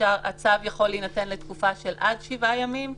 הצו יכול להינתן לתקופה של עד שבעה ימים.